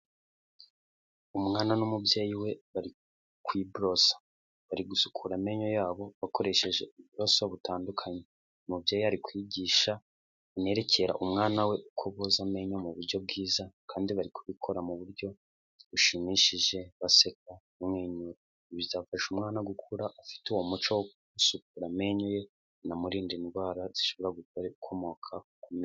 Umwana n'umubyeyi we bari kwiborosa. Bari gusukura amenyo yabo bakoresheje uburoso butandukanye, umubyeyi ari kwigisha anerekera umwana we uko boza amenyo mu buryo bwiza, kandi bari kubikora mu buryo bushimishije baseka bamwenyura. Ibi bizafasha umwana gukura afite uwo umuco wo gusukura amenyo ye binamurinde indwara zishobora gukora ukomoka ku menyo.